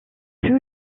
plus